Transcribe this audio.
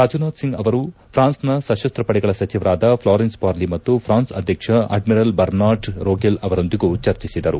ರಾಜನಾಥ್ ಸಿಂಗ್ ಅವರು ಫ್ರಾನ್ಸ್ನ ಸತಸ್ತ ಪಡೆಗಳ ಸಚಿವರಾದ ಫ್ಲಾರೆನ್ಸ್ ಪಾರ್ಲಿ ಮತ್ತು ಫ್ರಾನ್ಸ್ ಅಧ್ಯಕ್ಷ ಅಡ್ನಿರಲ್ ಬರ್ನಾಡ್ ರೊಗೆಲ್ ಅವರೊಂದಿಗೂ ಚರ್ಚಿಸಿದರು